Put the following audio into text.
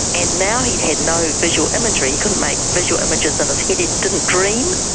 and now he had no visual imagery, he couldn't make visual images in his head, he didn't dream,